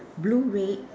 blue red